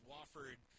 Wofford